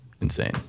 insane